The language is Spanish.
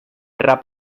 rap